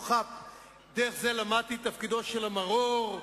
"חאפ"; דרך זה למדתי את תפקידו של המרור,